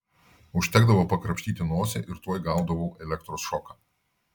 užtekdavo pakrapštyti nosį ir tuoj gaudavau elektros šoką